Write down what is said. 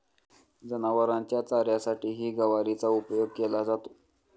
जनावरांच्या चाऱ्यासाठीही गवारीचा उपयोग केला जातो